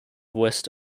west